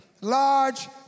large